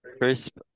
Crisp